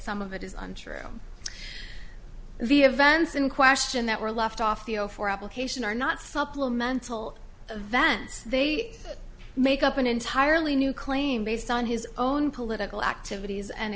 some of it is untrue the events in question that were left off the zero four application are not supplemental events they make up an entirely new claim based on his own political activities and